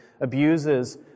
abuses